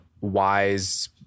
wise